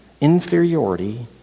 inferiority